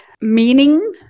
meaning